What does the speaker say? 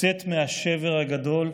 לצאת מהשבר הגדול,